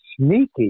sneaky